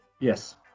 Yes